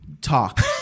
talk